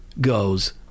goes